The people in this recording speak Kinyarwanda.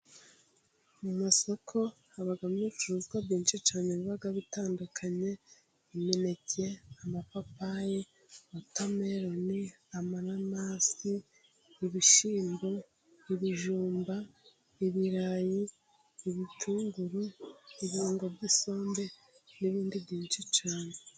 Mu masoko habamo ibicuruzwa byinshi cyane biba bitandukanye: Imineke, amapapayi, wotameroni, amananasi, ibishyimbo, ibijumba, ibirayi, ibitunguru, ibirungo by'isombe n'ibindi byinshi cyane.